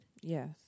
Yes